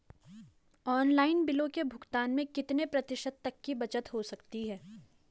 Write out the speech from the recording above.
Online बिलों के भुगतान में कितने प्रतिशत तक की बचत हो सकती है?